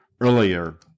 earlier